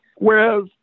Whereas